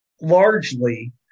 largely